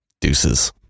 deuces